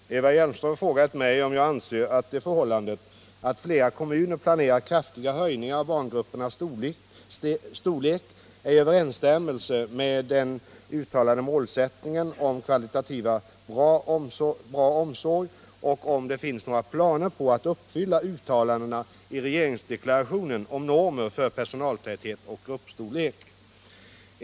Herr talman! Eva Hjelmström har frågat mig om jag anser att det förhållandet att flera kommuner planerar kraftiga höjningar av barngruppernas storlek är i överensstämmelse med den uttalade målsättningen om kvalitativt bra barnomsorg och om det finns några planer på att uppfylla uttalandena i regeringsdeklarationen om normer för personaltäthet och gruppstorlek.